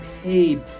paid